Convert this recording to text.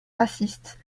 racistes